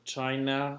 China